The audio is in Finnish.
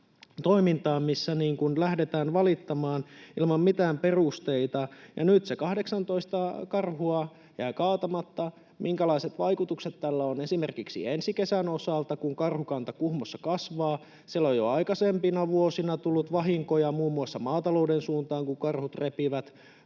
toimintaan, missä lähdetään valittamaan ilman mitään perusteita... Nyt se 18 karhua jää kaatamatta, ja minkälaiset vaikutukset tällä on esimerkiksi ensi kesän osalta, kun karhukanta Kuhmossa kasvaa. Siellä on jo aikaisempina vuosina tullut vahinkoja muun muassa maatalouden suuntaan, kun karhut repivät